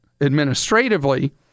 administratively